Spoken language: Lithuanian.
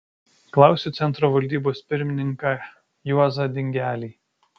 klausiu centro valdybos pirmininką juozą dingelį